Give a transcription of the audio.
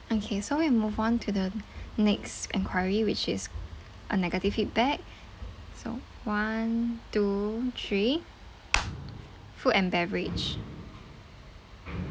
okay so we move on to the next enquiry which is a negative feedback so one two three food and beverage